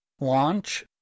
launch